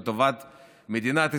לטובת מדינת ישראל.